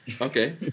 Okay